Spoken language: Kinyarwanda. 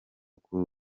kuri